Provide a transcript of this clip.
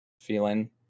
feeling